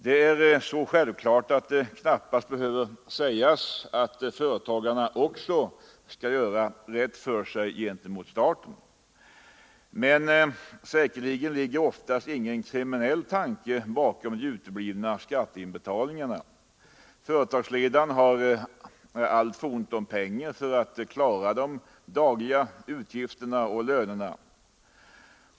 Det är så självklart att det knappast behöver sägas, att företagarna också skall göra rätt för sig gentemot staten, men säkerligen ligger det oftast ingen kriminell tanke bakom de uteblivna skatteinbetalningarna. Företagsledaren har haft för ont om pengar för att klara utgifterna och lönerna.